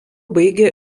baigė